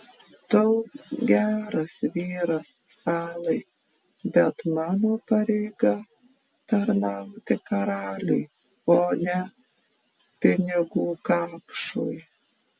tu geras vyras salai bet mano pareiga tarnauti karaliui o ne pinigų kapšui